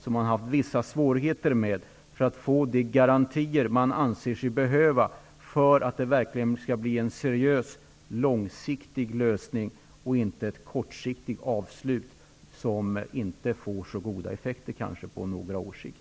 Det har varit vissa svårigheter med att få de garantier man anser sig behöva för att det verkligen skall bli en seriös långsiktig lösning och inte ett kortsiktigt avslut -- som inte får så goda effekter på några års sikt.